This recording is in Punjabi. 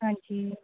ਹਾਂਜੀ